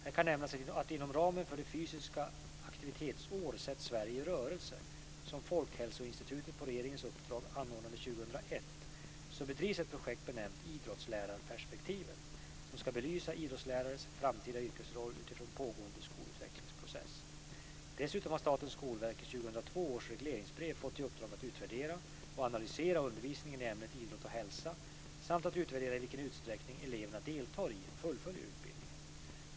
Här kan nämnas att inom ramen för det fysiska aktivitetsår, Sätt Sverige i rörelse, som Folkhälsoinstitutet på regeringens uppdrag anordnade 2001, så bedrivs ett projekt benämnt Idrottslärarperspektivet som ska belysa idrottslärarens framtida yrkesroll utifrån pågående skolutvecklingsprocesser. Dessutom har Statens skolverk i 2002 års regleringsbrev fått i uppdrag att utvärdera och analysera undervisningen i ämnet idrott och hälsa samt att utvärdera i vilken utsträckning eleverna deltar i och fullföljer utbildningen.